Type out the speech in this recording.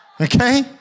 okay